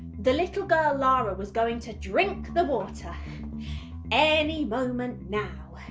the little girl lara was going to drink the water any moment now.